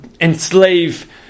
enslave